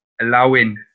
allowing